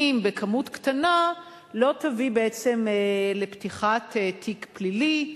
בכמות קטנה לא תביא בעצם לפתיחת תיק פלילי,